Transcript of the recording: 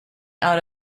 out